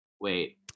wait